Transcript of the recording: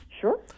Sure